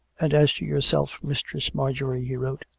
and as to yourself, mistress marjorie, he wrote,